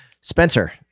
Spencer